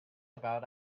about